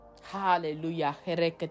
hallelujah